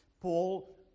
Paul